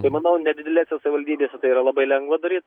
manau nedidelėse savivaldybėse yra labai lengva daryt